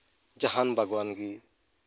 ᱡᱟᱦᱟᱱ ᱵᱟᱜᱽᱣᱟᱱ ᱜᱮ